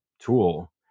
tool